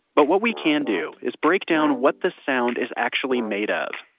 but what we can do is break down what the sound is actually made of.